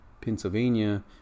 Pennsylvania